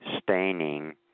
staining